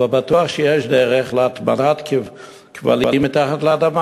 אבל בטוח יש דרך להטמנת כבלים מתחת לאדמה,